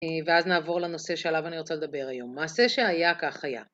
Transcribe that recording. ואז נעבור לנושא שעליו אני רוצה לדבר היום. מעשה שהיה, כך היה.